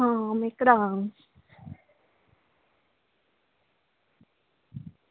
आं में कराङ